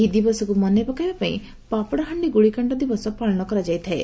ଏହି ଦିବସକୁ ମନେପକାଇବା ପାଇଁ ପାପଡାହାଣ୍ଡି ଗୁଳିକାଣ୍ଡ ଦିବସ ପାଳନ କରାଯାଇଥାଏ